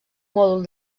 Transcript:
mòdul